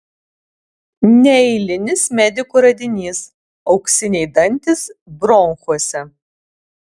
neeilinis medikų radinys auksiniai dantys bronchuose